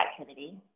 activity